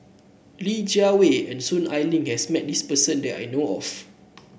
Li Jiawei and Soon Ai Ling has met this person that I know of